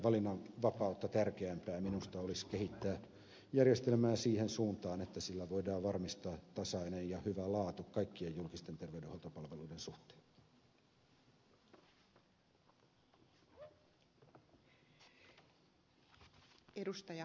tätäkin valinnanvapautta tärkeämpää minusta olisi kehittää järjestelmää siihen suuntaan että sillä voidaan varmistaa tasainen ja hyvä laatu kaikkien julkisten terveydenhuoltopalveluiden suhteen